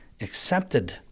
accepted